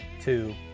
two